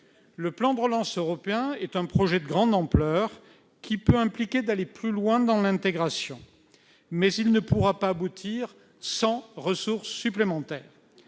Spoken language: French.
Le plan de relance européen est un projet de grande ampleur qui peut impliquer d'aller plus loin dans l'intégration. Mais il ne pourra aboutir sans ressources supplémentaires.